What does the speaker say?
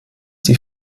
die